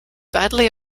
badly